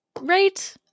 Right